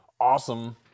awesome